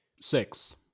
six